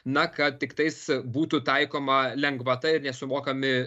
na kad tiktais būtų taikoma lengvata ir nesumokami